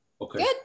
Okay